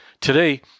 Today